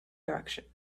direction